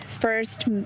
First